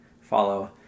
follow